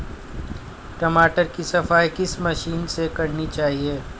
टमाटर की सफाई किस मशीन से करनी चाहिए?